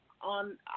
On